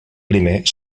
primer